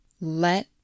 Let